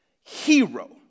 hero